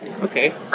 Okay